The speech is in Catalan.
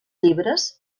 llibres